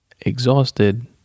exhausted